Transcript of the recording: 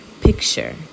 Picture